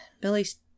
Billy's